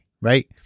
right